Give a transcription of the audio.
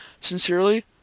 Sincerely